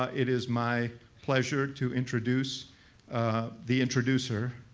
ah it is my pleasure to introduce the introducer,